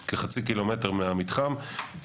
כחצי קילומטר מהמתחם,